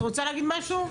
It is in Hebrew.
את רוצה להגיד משהו?